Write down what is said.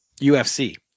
UFC